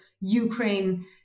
Ukraine